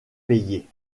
payés